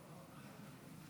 אדוני